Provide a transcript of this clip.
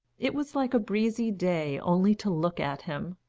it was like a breezy day only to look at him.